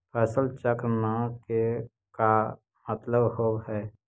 फसल चक्र न के का मतलब होब है?